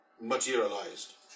materialized